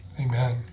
Amen